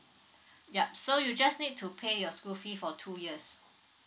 yup so you just need to pay your school fee for two years